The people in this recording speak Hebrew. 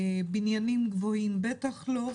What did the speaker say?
בניינים גבוהים בטח לא.